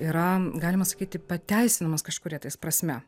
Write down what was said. yra galima sakyti pateisinamas kažkuria prasme